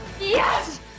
Yes